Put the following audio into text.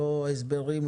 לא הסברים,